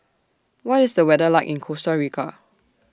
What IS The weather like in Costa Rica